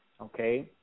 Okay